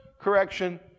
correction